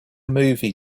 movie